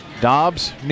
Dobbs